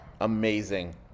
Amazing